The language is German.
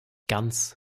ganz